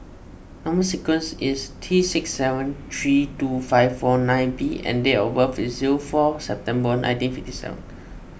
Number Sequence is T six seven three two five four nine B and date of birth is zero four September nineteen fifty seven